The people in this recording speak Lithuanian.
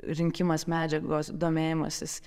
rinkimas medžiagos domėjimasis